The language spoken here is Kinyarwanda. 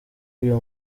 uyu